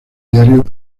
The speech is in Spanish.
diario